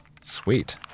Sweet